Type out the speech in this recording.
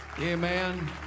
Amen